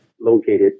located